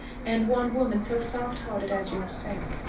and one woman so soft-hearted as yourself.